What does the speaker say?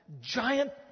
giant